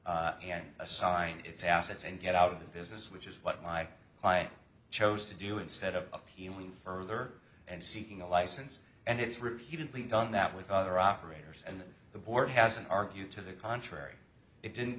that and assign its assets and get out of the business which is what my client chose to do instead of feeling further and seeking a license and it's repeatedly done that with other operators and the board has an argue to the contrary it didn't